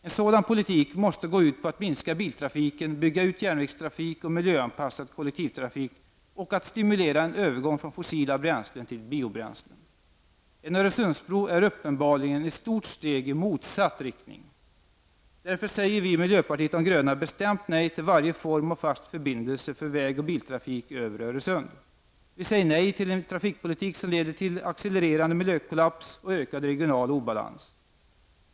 En sådan politik måste gå ut på att minska biltrafiken, bygga ut järnvägstrafik och miljöanpassad kollektivtrafik samt att snabbt stimulera en övergång från fossila bränslen till biobränslen. En Öresundsbro är uppenbarligen ett stort steg i motsatt riktning. Därför säger vi i miljöpartiet de gröna bestämt nej till varje form av fast förbindelse för väg och biltrafik över Öresund. Vi säger nej till en trafikpolitik som leder till en accelererande miljökollaps och ökad regional obalans.